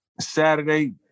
Saturday